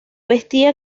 vestía